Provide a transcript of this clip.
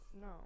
No